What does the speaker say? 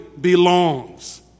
belongs